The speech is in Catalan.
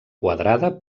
quadrada